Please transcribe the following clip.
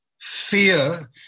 fear